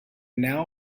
now